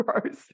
gross